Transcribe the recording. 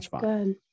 good